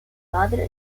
padre